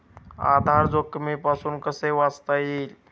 आधार जोखमीपासून कसे वाचता येईल?